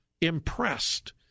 impressed